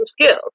skills